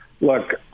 look